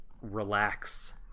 relax